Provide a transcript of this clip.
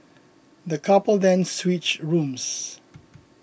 the couple then switched rooms